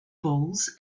bulls